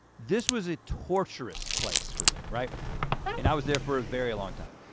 this was a torturous place for me, right and i was there for a very long time.